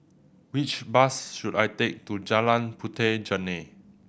which bus should I take to Jalan Puteh Jerneh